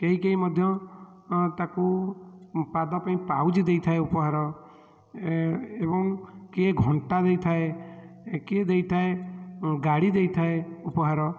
କେହିକେହି ମଧ୍ୟ ତାକୁ ପାଦ ପାଇଁ ପାଉଁଜି ଦେଇଥାଏ ଉପହାର ଏବଂ କିଏ ଘଣ୍ଟା ଦେଇଥାଏ କିଏ ଦେଇଥାଏ ଗାଡ଼ି ଦେଇଥାଏ ଉପହାର